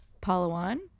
palawan